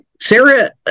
Sarah